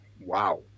wow